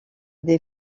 des